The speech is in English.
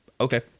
okay